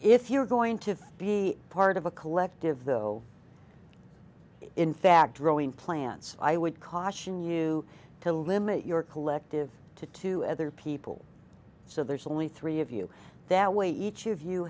if you're going to be part of a collective though in fact growing plants i would caution you to limit your collective to two other people so there's only three of you that way each of you